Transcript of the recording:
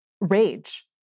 rage